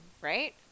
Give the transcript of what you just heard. right